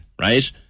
right